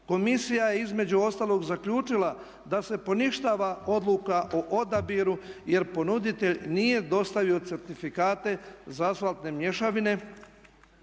komisija je između ostalog zaključila da se poništava odluka o odabiru jer ponuditelj nije dostavio certifikate za asfaltne mješavine